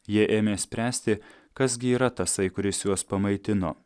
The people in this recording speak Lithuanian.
jie ėmė spręsti kas gi yra tasai kuris juos pamaitino